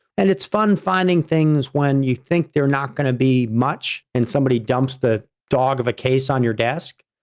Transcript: and it's fun finding things when you think they're not going to be much and somebody dumps the dog of a case on your desk.